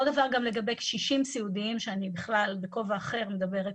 אותו הדבר גם לגבי קשישים סיעודיים שאני בכלל בכובע אחר מדברת,